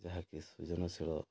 ଯାହାକି ସୃଜନଶୀଳ